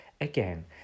again